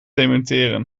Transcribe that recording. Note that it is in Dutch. dementeren